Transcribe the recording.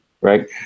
right